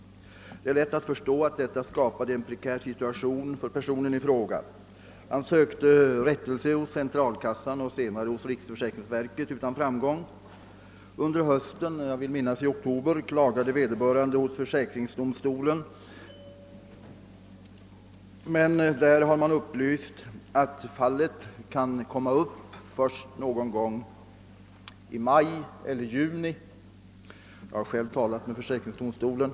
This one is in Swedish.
Det är lätt att förstå att detta skapade en prekär situation för personen i fråga. Han sökte rättelse hos centralkassan och senare hos riksförsäkringsverket men utan framgång. Under hösten, jag vill minnas i oktober, klagade vederbörande hos försäkringsdomstolen, men där har man upplyst att fallet kan komma upp först någon gång i maj eller juni; jag har själv varit i kontakt med försäkringsdomstolen.